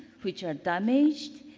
which are damaged,